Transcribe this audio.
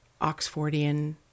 Oxfordian